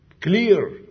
Clear